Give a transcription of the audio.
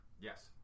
Yes